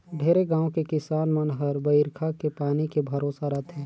ढेरे गाँव के किसान मन हर बईरखा के पानी के भरोसा रथे